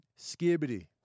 skibbity